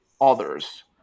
others